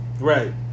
Right